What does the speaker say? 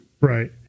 Right